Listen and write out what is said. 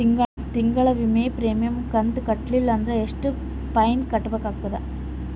ತಿಂಗಳ ವಿಮಾ ಪ್ರೀಮಿಯಂ ಕಂತ ಕಟ್ಟಲಿಲ್ಲ ಅಂದ್ರ ಎಷ್ಟ ಫೈನ ಕಟ್ಟಬೇಕಾಗತದ?